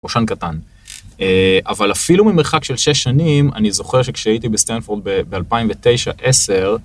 ראשון קטן, אה... אבל אפילו ממרחק של שש שנים, אני זוכר שכשהייתי בסטנפורד ב-2009-2010,